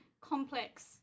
complex